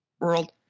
world